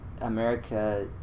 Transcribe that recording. America